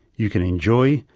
you can enjoy,